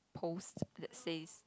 post that says